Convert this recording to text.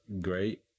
great